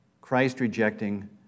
Christ-rejecting